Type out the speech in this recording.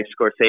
Scorsese